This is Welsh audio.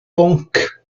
bwnc